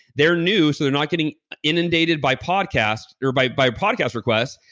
they're new. so they're not getting inundated by podcast or by by podcasts request,